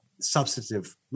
substantive